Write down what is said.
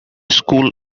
school